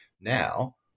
Now